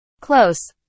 close